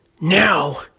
Now